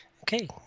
Okay